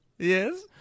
Yes